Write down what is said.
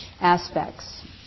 aspects